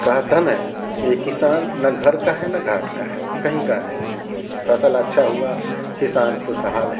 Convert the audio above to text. कहत ह ने ये किसान न घर का है न घाट का है कहीं का नहीं है फसल अच्छा हुआ किसान खुशहाल है